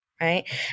right